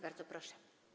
Bardzo proszę.